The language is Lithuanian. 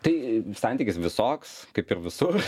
tai santykis visoks kaip ir visur